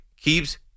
keeps